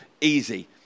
easy